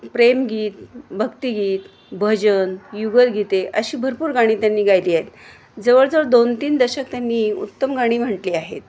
प्रेमगीत भक्तिगीत भजन युगलगीते अशी भरपूर गाणी त्यांनी गायली आहेत जवळजवळ दोन तीन दशक त्यांनी उत्तम गाणी म्हटली आहेत